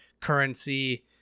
currency